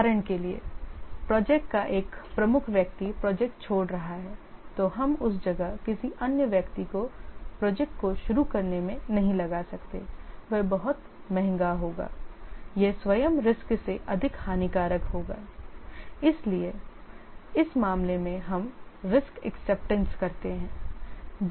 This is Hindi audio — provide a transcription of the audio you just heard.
उदाहरण के लिए प्रोजेक्ट का एक प्रमुख व्यक्ति प्रोजेक्ट छोड़ रहा है तो हम उस जगह किसी अन्य व्यक्ति को प्रोजेक्ट को शुरू करने में नहीं लगा सकते वह बहुत महंगा होगा यह स्वयं रिस्क से अधिक हानिकारक होगा इसलिए इस मामले में हम रिस्क एक्सेप्टेंस करते हैं